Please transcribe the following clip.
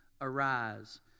arise